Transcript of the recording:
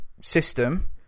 system